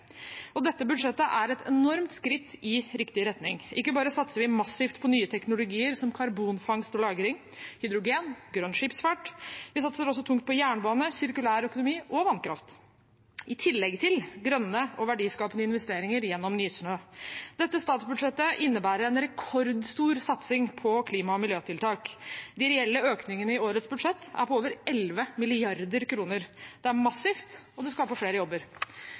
Og dette budsjettet er et enormt skritt i riktig retning. Ikke bare satser vi massivt på nye teknologier som karbonfangst og lagring, hydrogen og grønn skipsfart, vi satser også tungt på jernbane, sirkulær økonomi og vannkraft, i tillegg til grønne og verdiskapende investeringer gjennom Nysnø. Dette statsbudsjettet innebærer en rekordstor satsing på klima- og miljøtiltak. De reelle økningene i årets budsjett er på over 11 mrd. kr. Det er massivt, og det skaper flere jobber.